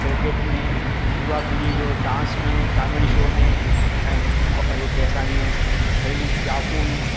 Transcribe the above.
cricket में युवा पीढ़ी जो डांस में कामेडी शो में ऐं हिकु असांजूं घरेलू जाइफ़ुनि